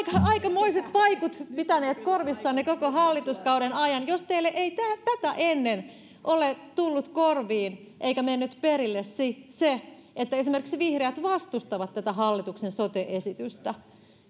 aikamoiset vaikut pitäneet korvissanne koko hallituskauden ajan jos teille ei tätä ennen ole tullut korviin eikä mennyt perille se se että esimerkiksi vihreät vastustavat tätä hallituksen sote esitystä